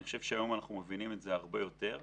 אני חושב שהיום אנחנו מבינים את זה הרבה יותר.